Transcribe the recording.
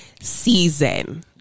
season